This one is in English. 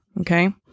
Okay